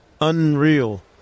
unreal